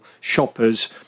shoppers